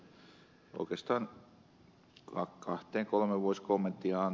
tässä on monta hyvää aloitetta